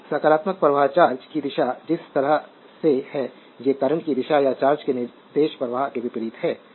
तो सकारात्मक प्रवाह चार्ज की दिशा जिस तरह से है ये करंट की दिशा या चार्ज के निर्देश प्रवाह के विपरीत हैं